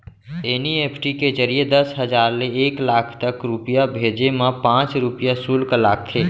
NEFT के जरिए दस हजार ले एक लाख तक रूपिया भेजे मा पॉंच रूपिया सुल्क लागथे